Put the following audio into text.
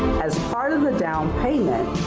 as part of the down payment,